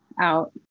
out